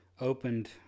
opened